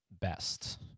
best